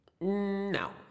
No